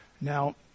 Now